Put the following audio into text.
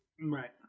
Right